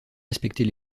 respecter